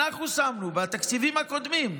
אנחנו שמנו, בתקציבים הקודמים,